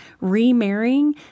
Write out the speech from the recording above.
remarrying